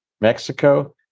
mexico